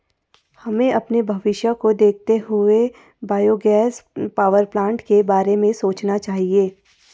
हमें अपने भविष्य को देखते हुए बायोगैस पावरप्लांट के बारे में सोचना चाहिए